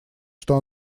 что